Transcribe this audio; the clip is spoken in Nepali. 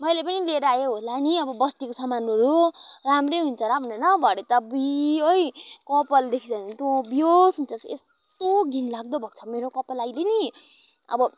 मैले पनि लिएर आएँ होला नि अब बस्तीको सामानहरू राम्रै हुन्छ होला भनेर भरै त अब्बुई ओई कपाल देखिस् भने तँ बेहोस हुन्छस् यस्तो घिनलाग्दो भएको छ मेरो कपाल अहिले नि अब